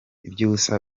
iby’ubusa